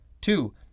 Two